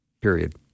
period